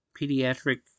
pediatric